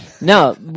No